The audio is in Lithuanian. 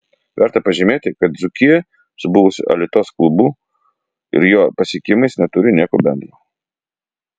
verta pažymėti kad dzūkija su buvusiu alitos klubu ir jo pasiekimais neturi nieko bendro